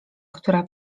która